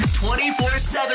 24/7